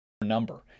number